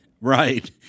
Right